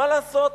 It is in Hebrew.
מה לעשות,